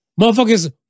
motherfuckers